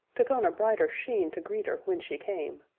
took on a brighter sheen to greet her when she came,